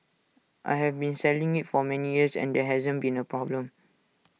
I have been selling IT for many years and there hasn't been A problem